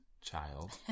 child